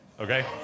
Okay